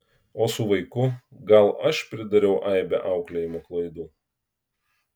o su vaiku gal aš pridariau aibę auklėjimo klaidų